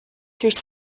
through